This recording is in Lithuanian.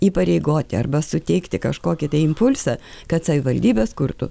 įpareigoti arba suteikti kažkokį tai impulsą kad savivaldybės kurtų